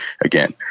again